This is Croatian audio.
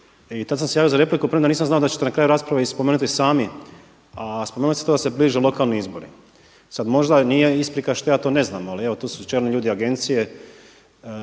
i tad sam se javio za repliku premda nisam znao da ćete na kraju rasprave i spomenuti sami, a spomenuli ste to da se bliže lokalni izbori. Sad možda nije isprika što ja to ne znam, ali evo tu su čelni ljudi agencije.